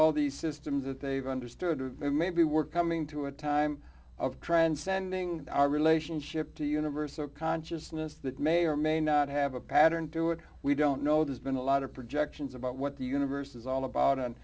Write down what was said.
all these systems that they've understood or maybe we're coming to a time of transcending our relationship to the universe or consciousness that may or may not have a pattern to it we don't know there's been a lot of projections about what the universe is all about and